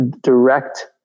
direct